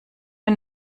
mir